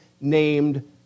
named